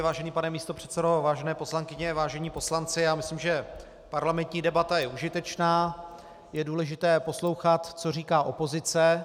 Vážený pane místopředsedo, vážené poslankyně, vážení poslanci, já myslím, že parlamentní debata je užitečná, je důležité poslouchat, co říká opozice.